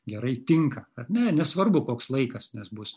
gerai tinka ar ne nesvarbu koks laikas nes bus